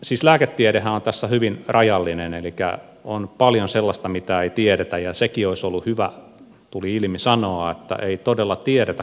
siis lääketiedehän on tässä hyvin rajallinen elikkä on paljon sellaista mitä ei tiedetä ja sekin olisi ollut hyvä ilmi sanoa että ei todella tiedetä kaikkia asioita